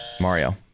Mario